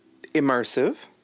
Immersive